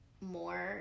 more